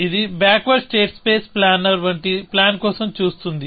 ఇది backward state space planner వంటి plan కోసం చూస్తోంది